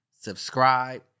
subscribe